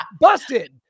busted